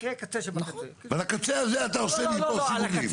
אז על הקצה הזה אתה עושה לי פה סיבובים.